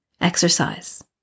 Exercise